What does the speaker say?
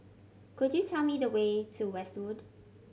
could you tell me the way to Westwood